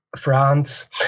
France